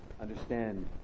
understand